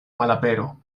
malapero